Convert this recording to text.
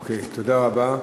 אוקיי, תודה רבה.